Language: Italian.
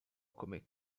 come